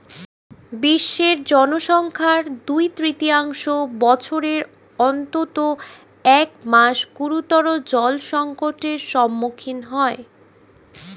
বিশ্বের জনসংখ্যার দুই তৃতীয়াংশ বছরের অন্তত এক মাস গুরুতর জলসংকটের সম্মুখীন হয়